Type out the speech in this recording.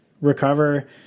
recover